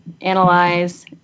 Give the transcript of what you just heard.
Analyze